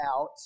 out